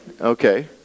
Okay